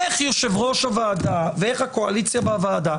איך יושב ראש הוועדה ואיך הקואליציה בוועדה,